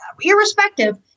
irrespective